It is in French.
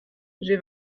j’ai